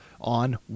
on